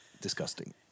disgusting